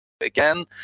again